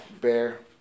Bear